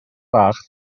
fach